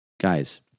Guys